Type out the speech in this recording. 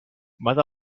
mata